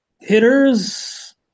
hitters